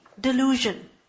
Delusion